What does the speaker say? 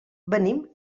venim